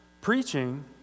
preaching